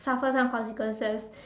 suffer some consequences